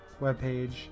webpage